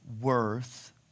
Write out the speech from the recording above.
worth